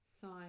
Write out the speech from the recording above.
sign